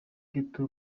ghetto